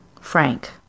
Frank